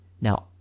Now